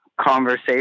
conversation